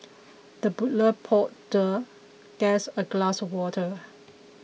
the butler poured the guest a glass of water